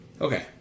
Okay